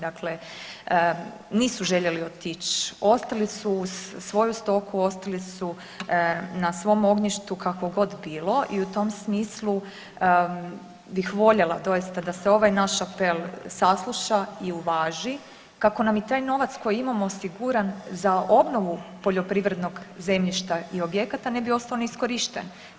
Dakle, nisu željeli otići, ostali su uz svoju stoku, ostali su na svom ognjištu kako god bilo i u tom smislu bih voljela doista da se ovaj naš apel sasluša i uvaži kako nam i taj novac koji imamo osiguran za obnovu poljoprivrednog zemljišta i objekata ne bi ostao neiskorišten.